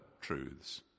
truths